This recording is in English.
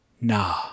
nah